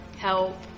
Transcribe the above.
help